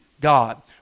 God